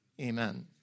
Amen